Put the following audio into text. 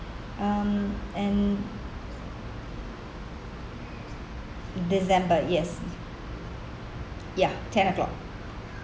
um and december yes ya ten o'clock